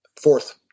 Fourth